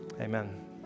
Amen